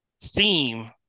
theme